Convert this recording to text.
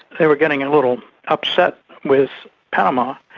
they were getting a little upset with panama.